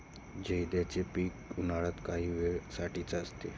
जायदचे पीक उन्हाळ्यात काही वेळे साठीच असते